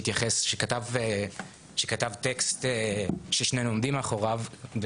שכתב טקסט ששנינו עומדים מאחוריו,